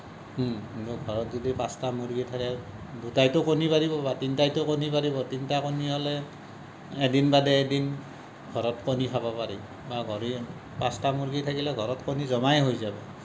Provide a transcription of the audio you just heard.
ঘৰত যদি পাঁচটা মূৰ্গী থাকে দুটাইটো কণী পাৰিব বা তিনিটাইটো কণী পাৰিব তিনিটা কণী হ'লে এদিন বাদে এদিন ঘৰত কণী খাব পাৰি বা পাঁচটা মূৰ্গী থাকিলে ঘৰত কণী জমাই হৈ যায়